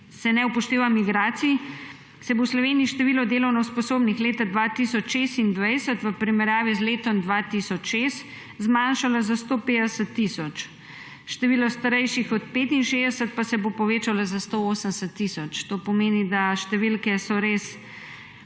ki ne upošteva migracij, se bo v Sloveniji število delovno sposobnih leta 2026 v primerjavi z letom 2006 zmanjšala za 150 tisoč, število starejših od 65 pa se bo povečala za 180 tisoč. To pomeni, da so številke res